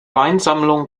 weinsammlung